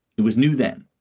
it was new then.